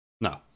No